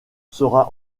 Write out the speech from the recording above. sera